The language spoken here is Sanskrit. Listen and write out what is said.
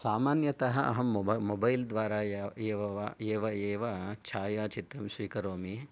सामान्यतः अहं मोब मोबैल् द्वारा एव वा एव एव छायाचित्रं स्वीकरोमि